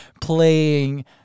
playing